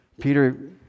Peter